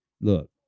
Look